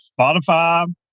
Spotify